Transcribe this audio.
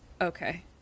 Okay